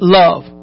love